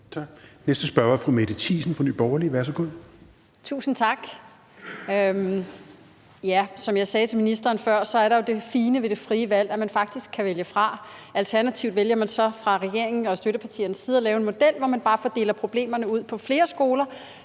Værsgo. Kl. 16:30 Mette Thiesen (NB): Tusind tak. Som jeg sagde til ministeren før, er der jo det fine ved det frie valg, at man faktisk kan vælge fra. Alternativt vælger man så fra regeringen og støttepartiernes side at lave en model, hvor man bare fordeler problemerne ud på flere skoler,